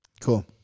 Cool